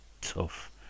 tough